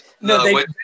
No